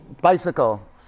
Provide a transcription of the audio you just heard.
Bicycle